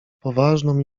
poważną